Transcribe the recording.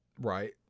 Right